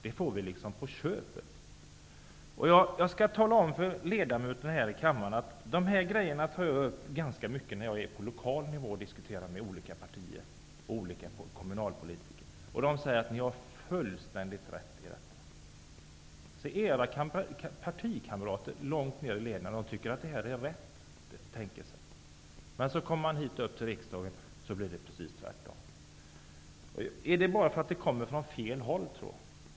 Jag vill tala om för ledamöterna här i kammaren att jag tar upp dessa frågor ganska mycket på lokal nivå när jag diskuterar med olika partier och kommunalpolitiker. De säger då att vi har fullständigt rätt i detta. Era partikamrater långt ner i leden tycker alltså att det här är rätt. När man kommer hit till riksdagen blir det precis tvärtom. Är det bara för att förslagen kommer från ''fel'' håll?